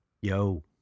Yo